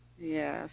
yes